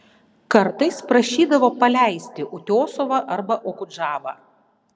kartais prašydavo paleisti utiosovą arba okudžavą